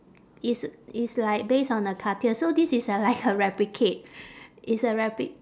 it's it's like based on a cartier so this is a like a replicate it's a replic~